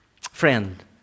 Friend